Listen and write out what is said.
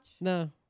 No